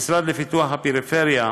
המשרד לפיתוח הפריפריה,